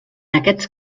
aquests